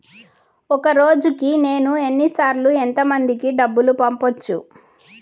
ఒక రోజుకి నేను ఎన్ని సార్లు ఎంత మందికి డబ్బులు పంపొచ్చు?